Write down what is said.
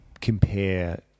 compare